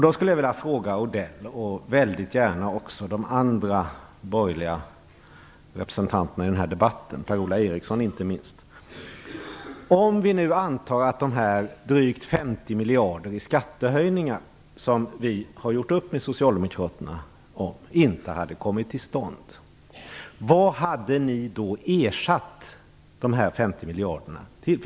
Då skulle jag vilja fråga Mats Odell och väldigt gärna också de andra borgerliga representanterna i den här debatten, inte minst Per-Ola Eriksson: Om vi nu antar att de drygt 50 miljarder i skattehöjningar som vi har gjort upp med Socialdemokraterna om inte hade kommit till stånd, vad hade ni då ersatt de 50 miljarderna med?